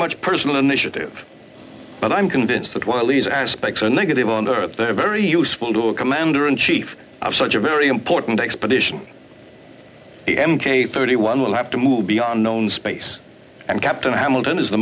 much personal initiative but i'm convinced that while these aspects are negative on earth they're very useful to a commander in chief of such a very important expedition m k thirty one will have to move beyond known space and captain hamilton is the